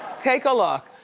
take a look.